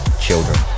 Children